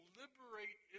liberate